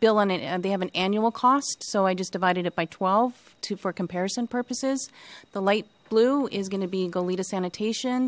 bill in it and they have an annual cost so i just divided it by twelve two for comparison purposes the light blue is going to be goleta sanitation